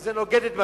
שזה נוגד את מצפוני.